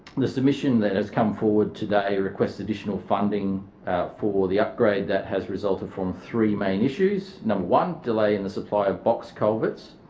submission that has come forward today requests additional funding for the upgrade that has resulted from three main issues. number one, delay in the supply of box culverts.